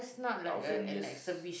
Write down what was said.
thousand years